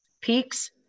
peaks